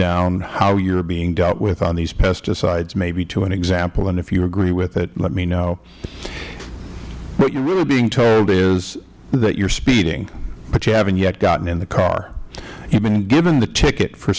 down how you are being dealt with on these pesticides maybe to an example and if you agree with it let me know what you are really being told is that you are speeding but you havent yet gotten in the car you have been given the ticket for